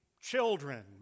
children